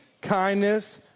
kindness